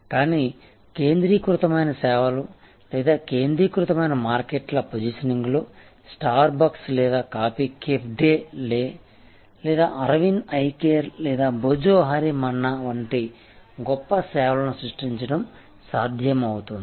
కానీ కేంద్రీకృతమైన సేవలు లేదా కేంద్రీకృతమైన మార్కెట్ ల పొజిషనింగ్లో స్టార్బక్స్ లేదా కాఫీ కేఫ్ డే లేదా అరవింద్ ఐ కేర్ లేదా భోజోహోరి మన్నా వంటి గొప్ప సేవలను సృష్టించడం సాధ్యమవుతుంది